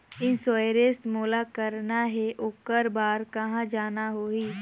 Insurance मोला कराना हे ओकर बार कहा जाना होही?